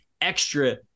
extra